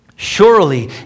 Surely